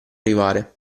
arrivare